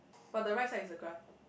but the right side is the grass